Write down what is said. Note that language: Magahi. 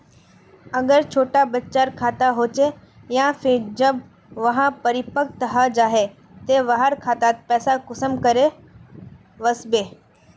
अगर छोटो बच्चार खाता होचे आर फिर जब वहाँ परिपक है जहा ते वहार खातात पैसा कुंसम करे वस्बे?